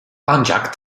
ancak